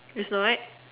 is the what